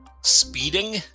Speeding